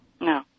No